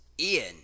Ian